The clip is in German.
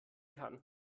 kann